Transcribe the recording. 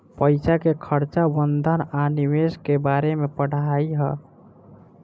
पईसा के खर्चा प्रबंधन आ निवेश के बारे में पढ़ाई ह